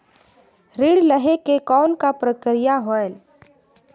ऋण लहे के कौन का प्रक्रिया होयल?